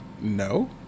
no